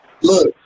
Look